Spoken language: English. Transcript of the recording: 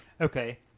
Okay